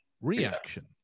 reaction